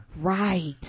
Right